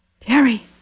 Terry